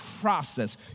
process